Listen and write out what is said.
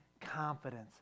confidence